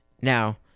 Now